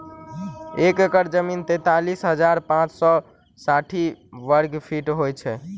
एक एकड़ जमीन तैँतालिस हजार पाँच सौ साठि वर्गफीट होइ छै